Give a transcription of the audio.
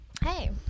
Hey